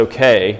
Okay